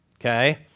okay